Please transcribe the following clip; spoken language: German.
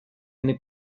eine